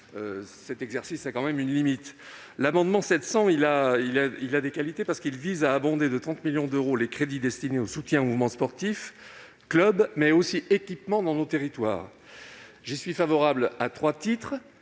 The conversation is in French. être utile, mais il a ses limites ... L'amendement n° II-700 a des qualités : il vise à abonder de 30 millions d'euros les crédits destinés au soutien au mouvement sportif : clubs, mais aussi équipements dans nos territoires. J'y suis favorable pour trois raisons.